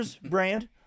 brand